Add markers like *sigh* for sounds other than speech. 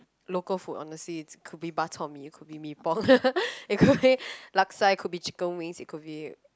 local food honestly it's could bak-chor-mee it could be mee pok *laughs* it could be laksa it could be chicken wings it could be